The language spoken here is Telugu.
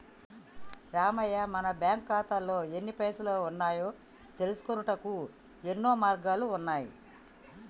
రామయ్య మన బ్యాంకు ఖాతాల్లో ఎన్ని పైసలు ఉన్నాయో తెలుసుకొనుటకు యెన్నో మార్గాలు ఉన్నాయి